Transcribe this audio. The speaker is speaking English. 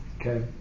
Okay